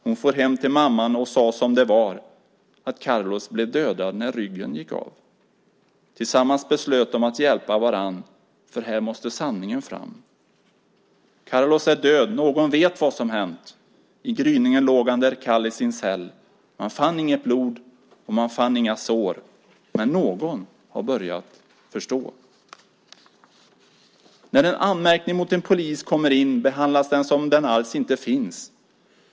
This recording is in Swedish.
Hon for hem till mamman och sa som det var, att Carlos blev dödad när ryggen gick av. Tillsammans beslöt de att hjälpa varann, för här måste sanningen fram. Carlos är död, någon vet vad som hänt. I gryningen låg han där kall i sin cell. Man fann inget blod och man fann inga sår; Men någon har börjat förstå. När en anmärkning mot en polis kommer in behandlas den som om den alls inte finns.